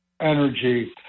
energy